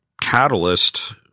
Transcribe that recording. catalyst